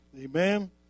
Amen